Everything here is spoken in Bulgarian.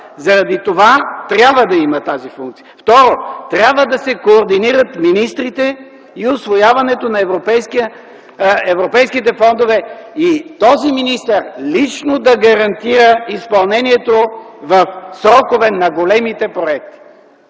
Заради това трябва да я има тази функция. Второ, трябва да се координират министрите и усвояването на европейските фондове. И този министър лично да гарантира изпълнението в срокове на големите проекти.